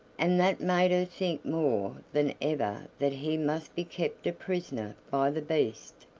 and that made her think more than ever that he must be kept a prisoner by the beast.